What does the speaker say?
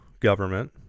Government